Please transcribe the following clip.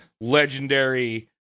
legendary